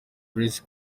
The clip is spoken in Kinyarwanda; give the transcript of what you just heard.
grace